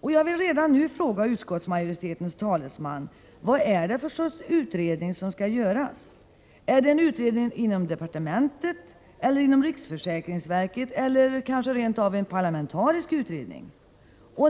Jag vill redan nu fråga utskottsmajoritetens talesman: Vad är det för sorts utredning som skall göras? Är det en utredning inom departementet eller inom riksförsäkringsverket eller rentav en parlamentarisk utredning?